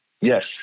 Yes